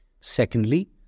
Secondly